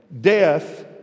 death